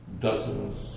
dozens